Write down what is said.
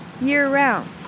year-round